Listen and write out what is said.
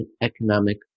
economic